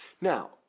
Now